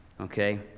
okay